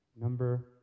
number